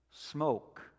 smoke